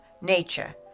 nature